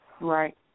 Right